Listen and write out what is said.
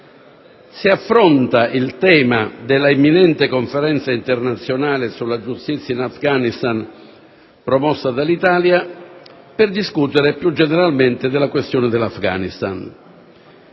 si affronta il tema dell'imminente Conferenza internazionale sulla giustizia in Afghanistan, promossa dall'Italia, per discutere più generalmente della questione riguardante